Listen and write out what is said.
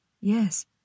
Yes